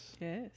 Yes